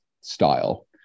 style